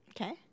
Okay